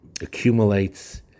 accumulates